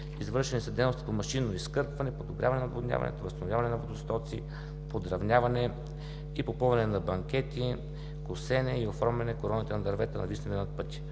Извършени са дейности по машинно изкърпване, подобряване отводняването, възстановяване на водостоци, подравняване и попълване на банкети, косене и оформяне короните на дървета, надвиснали над пътя.